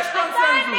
הזו.